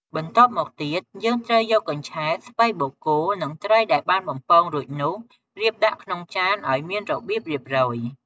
បន្ទាប់មកទៀត យើងត្រូវយកកញ្ឆែត ស្ពៃបូកគោ និងត្រីដែលបានបំពងរួចនោះរៀបដាក់ក្នុងចានឲ្យមានរបៀបរៀបរយ។